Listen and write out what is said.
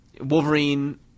Wolverine